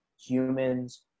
humans